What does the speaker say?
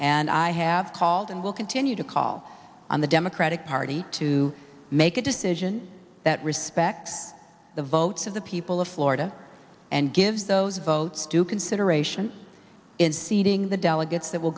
and i have called and will continue to call on the democratic party to make a decision that respects the votes of the people of florida and gives those votes due consideration in seating the delegates that will